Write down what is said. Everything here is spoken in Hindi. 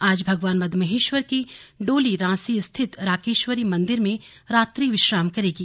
आज भगवान मदमहेश्वर की डोली रांसी स्थित राकेश्वरी मंदिर में रात्री विश्राम करेगी